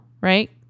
right